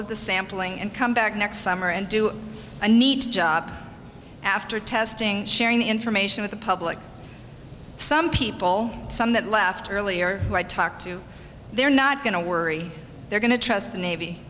of the sampling and come back next summer and do a neat job after testing sharing the information with the public some people some that left earlier i talked to they're not going to worry they're going to trust the navy